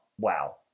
wow